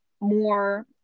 more